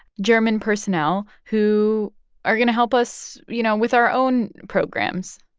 german personnel who are going to help us, you know, with our own programs?